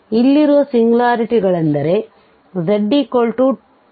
ಇಲ್ಲಿರುವ ಸಿಂಗ್ಯುಲಾರಿಟಿಗಳಂದರೆ z2i 2i3i 3i